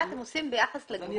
מה אתם עושים ביחס לגמ"חים.